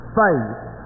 faith